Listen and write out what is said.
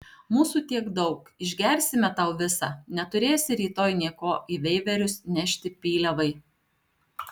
mūsų tiek daug išgersime tau visą neturėsi rytoj nė ko į veiverius nešti pyliavai